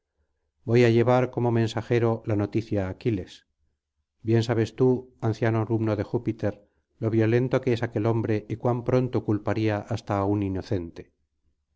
voy á llevar como mensajero la noticia á aquiles bien sabes tú anciano alumno de júpiter lo violento que es aquel hombre y cuan pronto culparía hasta á un inocente